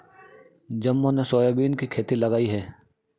जम्बो ने सोयाबीन की खेती लगाई है